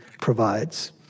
provides